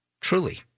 Truly